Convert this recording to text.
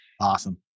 Awesome